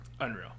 unreal